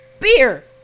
beer